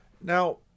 Now